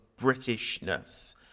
Britishness